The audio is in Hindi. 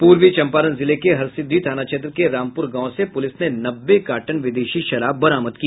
पूर्वी चंपारण जिले के हरसिद्दी थाना क्षेत्र के रामपुर गांव से पुलिस ने नब्बे कार्टन विदेशी शराब बरामद की